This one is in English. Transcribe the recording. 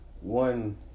one